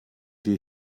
wir